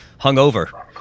hungover